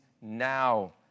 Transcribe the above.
Now